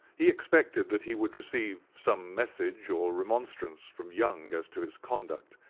he expected that he would receive some message or remonstrance from young as to his conduct,